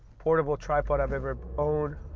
portable tripod i've ever owned,